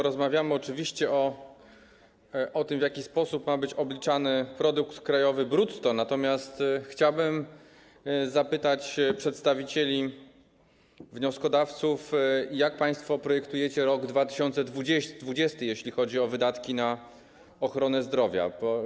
Rozmawiamy oczywiście o tym, w jaki sposób ma być obliczany produkt krajowy brutto, natomiast chciałbym zapytać przedstawicieli wnioskodawców, jak państwo projektujecie rok 2020, jeśli chodzi o wydatki na ochronę zdrowia.